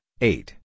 eight